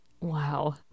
Wow